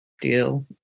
deal